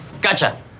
Gotcha